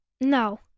no